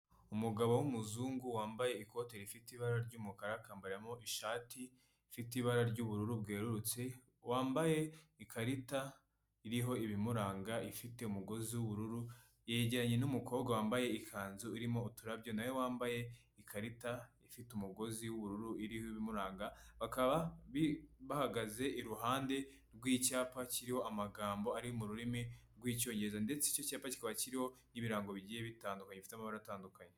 Umugabo w’umuzungu wambaye ikoti rifite ibara ry'umukara akambaramo ishati ifite ibara ry'ubururu bwerurutse wambaye ikarita iriho ibimuranga ifite umugozi w’ubururu yegeranye n’umukobwa wambaye ikanzu irimo uturabyo nawe wambaye ikarita ifite umugozi w'ubururu iriho ibimuranga bakaba bahagaze iruhande rw'icyapa kiriho amagambo ari mu rurimi rw'icyongereza ndetse icyo cyapa cyikaba kiriho ibirango bigiye bitandukanye bifite amabara atandukanye.